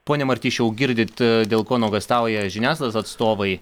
pone martišiau girdit dėl ko nuogąstauja žiniasklaidos atstovai